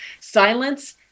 Silence